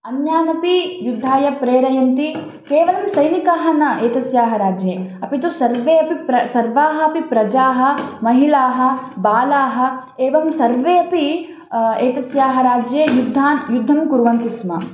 अन्यान् अपि युद्धाय प्रेरयन्ती केवलं सैनिकाः न एतस्याः राज्ये अपि तु सर्वेपि प्र सर्वाः अपि प्रजाः महिलाः बालाः एवं सर्वे अपि एतस्याः राज्ये युद्धान् युद्धं कुर्वन्ति स्म